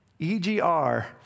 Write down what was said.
EGR